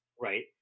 right